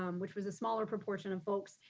um which was a smaller proportion of folks,